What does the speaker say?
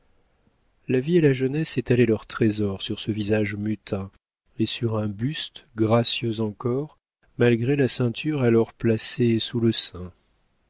la vie et la jeunesse étalaient leurs trésors sur ce visage mutin et sur un buste gracieux encore malgré la ceinture alors placée sous le sein